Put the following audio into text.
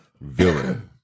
Villain